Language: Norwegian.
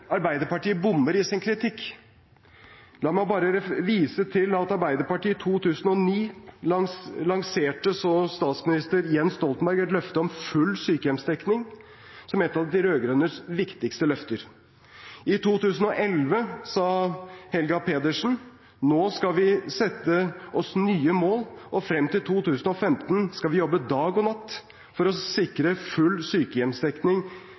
Arbeiderpartiet bommer i sin kritikk. La meg bare vise til at statsminister Jens Stoltenberg i 2009 lanserte et løfte om full sykehjemsdekning som et av de rød-grønnes viktigste løfter. I 2011 sa Helga Pedersen at nå skal vi sette oss nye mål, og fram til 2015 skal vi jobbe dag og natt for å sikre full sykehjemsdekning